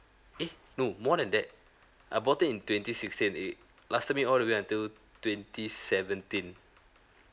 eh no more than that I bought it in twenty sixteen it lasted me all the way until twenty seventeen